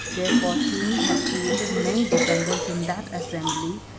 their fortune had created many dependants in that assembly,